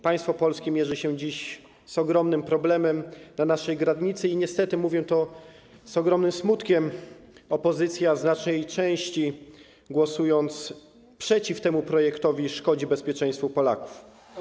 Państwo polskie mierzy się dziś z ogromnym problemem na naszej granicy i niestety - mówię to z ogromnym smutkiem - opozycja w znacznej części głosując przeciw temu projektowi, szkodzi bezpieczeństwu Polaków.